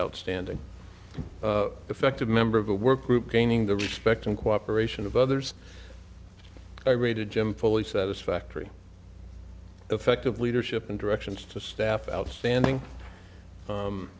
outstanding effective member of a work group gaining the respect and cooperation of others i rated jim fully satisfactory effective leadership and directions to staff outstanding